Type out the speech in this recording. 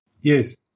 yes